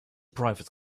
private